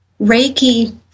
Reiki